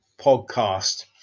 podcast